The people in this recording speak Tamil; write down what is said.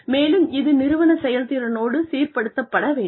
மேலும் இது நிறுவன செயல்திறனோடு சீர்படுத்தப்பட வேண்டும்